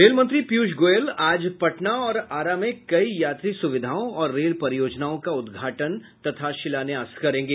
रेलमंत्री पीयूष गोयल आज पटना और आरा में कई यात्री सुविधाओं और रेल परियोजनाओं का उद्घाटन तथा शिलान्यास करेंगे